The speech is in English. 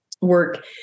work